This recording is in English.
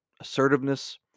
assertiveness